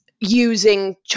Using